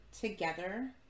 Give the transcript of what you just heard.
together